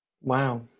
Wow